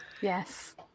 Yes